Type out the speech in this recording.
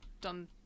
done